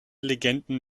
legenden